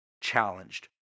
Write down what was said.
challenged